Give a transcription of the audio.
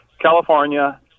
California